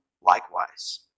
likewise